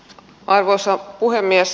arvoisa puhemies